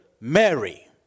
Mary